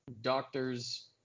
Doctors